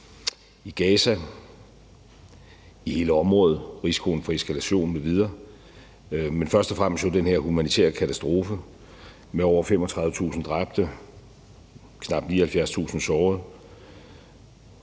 i Gaza og i hele området, risikoen for eskalation m.v., men først og fremmest jo den her humanitære katastrofe med over 35.000 dræbte, knap 79.000 sårede,